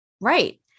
Right